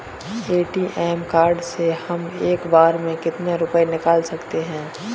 ATM card से हम एक बार में कितने रुपये निकाल सकते हैं?